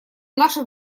наших